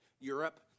Europe